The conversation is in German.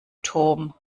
toom